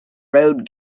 road